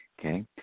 Okay